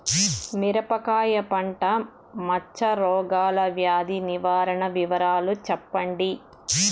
మిరపకాయ పంట మచ్చ రోగాల వ్యాధి నివారణ వివరాలు చెప్పండి?